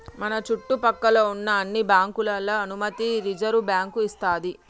మన చుట్టు పక్కల్లో ఉన్న అన్ని బ్యాంకులకు అనుమతి రిజర్వుబ్యాంకు ఇస్తది